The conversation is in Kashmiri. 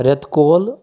رٮ۪تہٕ کول